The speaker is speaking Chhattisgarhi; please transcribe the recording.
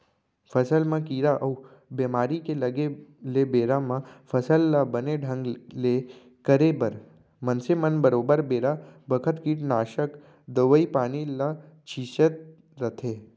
फसल म कीरा अउ बेमारी के लगे ले बेरा म फसल ल बने ढंग ले करे बर मनसे मन बरोबर बेरा बखत कीटनासक दवई पानी ल छींचत रथें